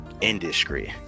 Indiscreet